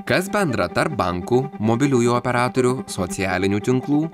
kas bendra tarp bankų mobiliųjų operatorių socialinių tinklų